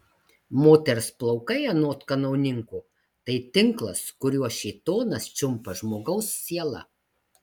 moters plaukai anot kanauninko tai tinklas kuriuo šėtonas čiumpa žmogaus sielą